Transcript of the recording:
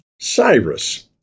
Cyrus